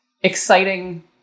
exciting